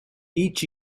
each